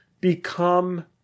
become